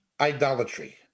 idolatry